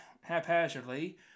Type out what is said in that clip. haphazardly